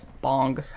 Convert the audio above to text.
Bong